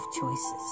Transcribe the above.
choices